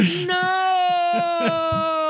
No